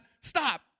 stop